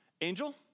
angel